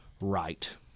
right—